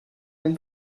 ben